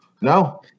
No